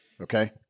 Okay